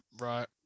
Right